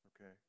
Okay